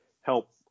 help